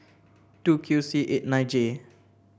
two Q C eight nine J